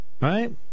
right